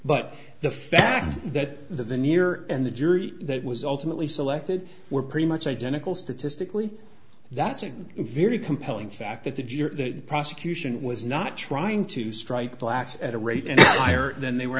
but the fact that the veneer and the jury that was ultimately selected were pretty much identical statistically that's a very compelling fact that the prosecution was not trying to strike blacks at a rate and higher than they were